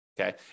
Okay